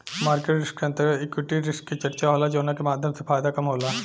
market risk के अंतर्गत equity risk के चर्चा होला जावना के माध्यम से फायदा कम होला